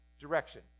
direction